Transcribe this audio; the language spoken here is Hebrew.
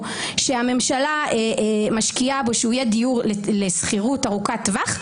שהממשלה משקיעה בו שיהיה לשכירות ארוכת טווח,